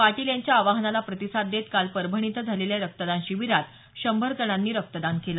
पाटील यांच्या आवाहनाला प्रतिसाद देत काल परभणी इथं झालेल्या रक्तदान शिबिरात शंभर जणांनी रक्तदान केलं